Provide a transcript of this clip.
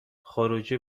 خروجی